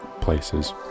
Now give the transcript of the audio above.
Places